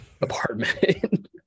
apartment